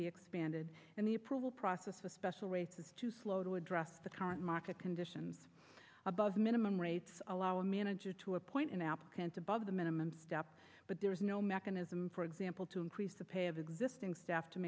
be expanded in the approval process a special race is too slow to address the current market conditions above minimum rates allow a manager to appoint an applicant above the minimum step but there is no mechanism for example to increase a pay of existing staff to